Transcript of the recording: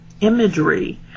imagery